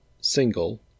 single